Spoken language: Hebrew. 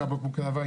זריקת בקבוקי תבערה,